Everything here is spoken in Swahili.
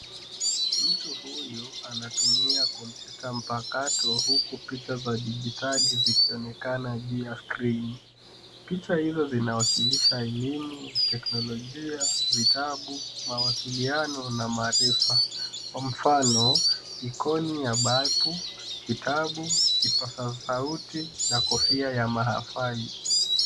Mtu huyu anatumia kompyuta mpakato huku picha za dijitali zikionekana juu ya skrini. Picha hizo zinawakilisha elimu, teknolojia, vitabu, mawasiliano na maarifa. Kwa mfano icon ya balbu, kitabu, kipaza sauti na kofia ya mahafali.